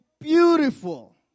beautiful